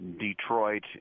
Detroit